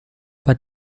but